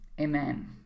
amen